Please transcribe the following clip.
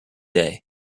day